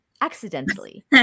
accidentally